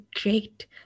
great